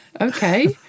Okay